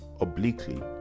obliquely